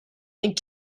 and